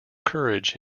courage